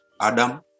Adam